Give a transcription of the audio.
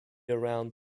around